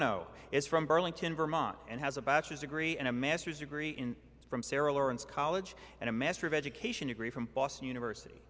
murano is from burlington vermont and has a bachelor's degree and a master's degree in from sarah lawrence college and a master of education degree from boston university